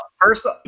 First